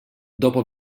dopo